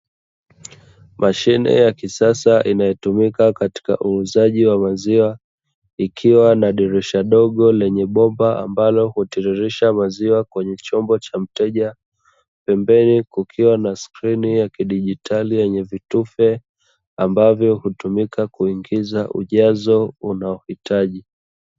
Mashine ya kisasa inayotumika katika uuzaji wa maziwa ikiwa na dirisha dogo lenye bomba ambalo hutiririsha maziwa kwenye chombo cha mteja, pembeni kukiwa na skirini ya kidigitali yenye vitufe ambavyo hutumika kuingiza ujazo unaohitaji.